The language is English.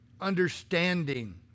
understanding